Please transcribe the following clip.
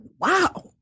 wow